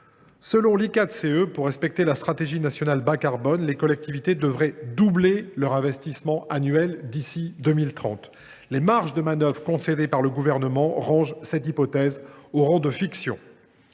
le climat (I4CE), pour respecter la stratégie nationale bas carbone (SNBC), les collectivités devraient doubler leur investissement annuel d’ici à 2030. Les marges de manœuvre concédées par le Gouvernement classent cette hypothèse au rang de fiction.